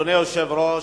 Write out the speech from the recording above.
אדוני היושב-ראש,